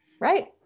Right